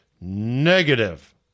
negative